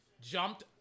Jumped